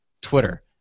Twitter